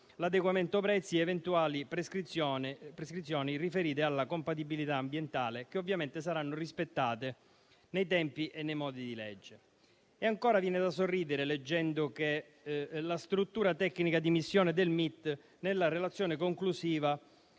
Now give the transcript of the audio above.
l'adeguamento dei prezzi ed eventuali prescrizioni riferite alla compatibilità ambientale, che ovviamente saranno rispettate nei tempi e nei modi di legge. Ancora, viene da sorridere leggendo che la struttura tecnica di missione del MIT, nella relazione conclusiva,